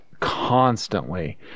constantly